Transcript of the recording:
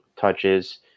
touches